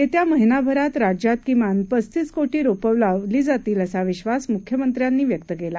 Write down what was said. येत्या महिनाभरात राज्यात किमान पस्तीस कोटी रोपं लावली जातील असा विधास मुख्यमंत्र्यांनी यावेळी व्यक्त केला